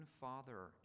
father